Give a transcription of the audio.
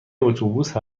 اتوبوس